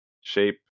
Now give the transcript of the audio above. shape